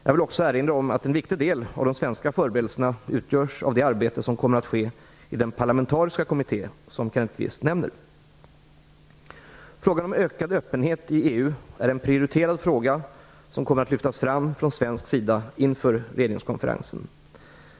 Jag vill också erinra om att en viktig del av de svenska förberedelserna utgörs av det arbete som kommer att ske i den parlamentariska kommitté som Kenneth Kvist nämner. Frågan om ökad öppenhet i EU är en prioriterad fråga som kommer att lyftas fram från svensk sida inför regeringskonferensen.